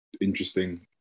interesting